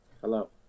Hello